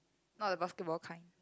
not the basketball kind